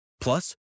Plus